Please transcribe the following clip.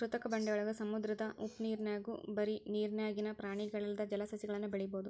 ಕೃತಕ ಬಂಡೆಯೊಳಗ, ಸಮುದ್ರದ ಉಪ್ಪನೇರ್ನ್ಯಾಗು ಬರಿ ನೇರಿನ್ಯಾಗಿನ ಪ್ರಾಣಿಗಲ್ಲದ ಜಲಸಸಿಗಳನ್ನು ಬೆಳಿಬೊದು